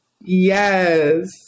yes